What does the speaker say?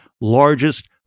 largest